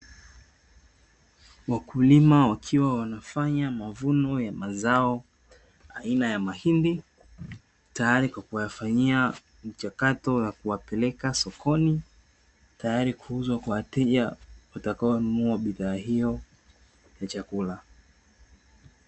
Wakulima wakiwa wanafanya mavuno ya mazao aina ya mahindi tayari kwa kuyafanyia mchakato wa kuyapeleka sokoni tayari kuuzwa kwa wateja watakaonunua bidhaa hiyo ya chakula.